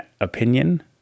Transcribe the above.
opinion